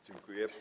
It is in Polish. Dziękuję.